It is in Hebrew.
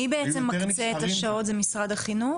מי בעצם מקצה את השעות, זה משרד החינוך?